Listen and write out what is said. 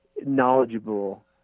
knowledgeable